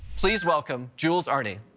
please welcome julz arney.